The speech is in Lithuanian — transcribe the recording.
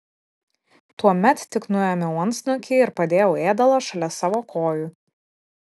tuomet tik nuėmiau antsnukį ir padėjau ėdalą šalia savo kojų